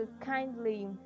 kindly